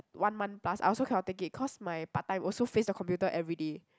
one month plus I also cannot take it cause my part-time also face the computer everyday